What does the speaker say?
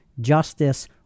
justice